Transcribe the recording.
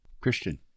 Christian